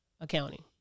accounting